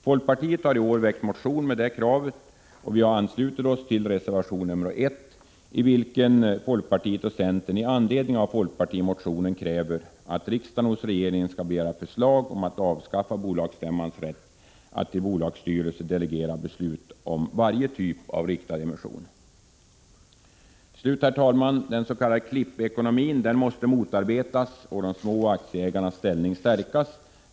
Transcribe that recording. Folkpartiet har i år väckt en motion med detta krav, och vi har anslutit oss till reservation nr 1, i vilken folkpartiet och centern med anledning av folkpartimotionen kräver att riksdagen hos regeringen skall begära förslag om att avskaffa bolagsstämmas rätt att till bolagsstyrelse delegera beslut om varje typ av riktad emission. Herr talman! Den s.k. klippekonomin måste motarbetas och de mindre aktieägarnas ställning stärkas.